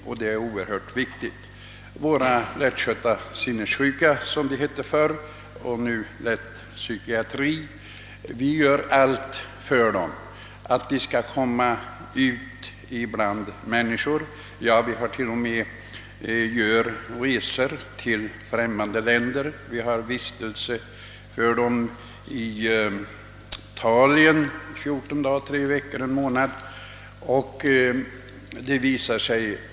Vi gör allt för våra lättskötta sinnessjuka som det hette förr eller som nu lätta psykiatrifall. Vi försöker få ut dem bland andra människor. Vi har t.o.m. låtit sådana människor göra resor till främmande länder, t.ex. Italien där de fått vistas fjorton dagar, tre veckor eller en månad.